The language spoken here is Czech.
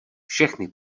všechny